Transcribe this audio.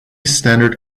standard